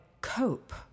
Cope